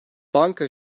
banka